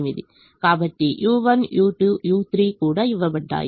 కాబట్టి u1 u2 u3 కూడా ఇవ్వబడ్డాయి